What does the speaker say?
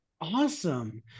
Awesome